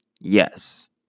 Yes